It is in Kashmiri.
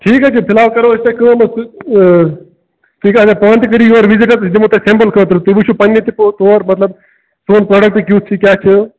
ٹھیٖک حظ چھُ فلحال کرو أسۍ تۄہہِ کٲم حظ اگر ہانہٕ تہِ کٔرِو یور وِزِٹ حظ أسۍ دِمو تۄہہِ سٮ۪مپٕل خٲطرٕ تۄہہِ وٕچھو پانٛنہِ تہِ طور مطلب سون پرٛوڈکٹ کیُتھ چھُ کیاہ چھُ